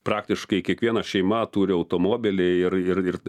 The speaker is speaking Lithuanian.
praktiškai kiekviena šeima turi automobilį ir ir ir